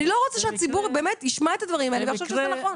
אני לא רוצה שהציבור ישמע את הדברים האלה ויחשוב שזה נכון.